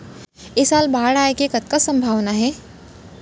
ऐ साल बाढ़ आय के कतका संभावना हे?